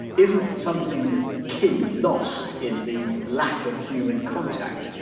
isn't something key lost in the lack of human contact,